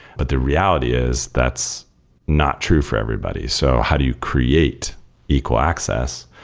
but the reality is that's not true for everybody. so how do you create equal access?